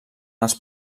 els